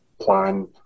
plan